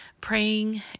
praying